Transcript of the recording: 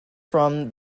from